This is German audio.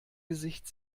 gesicht